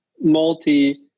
multi